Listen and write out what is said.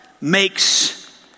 makes